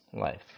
life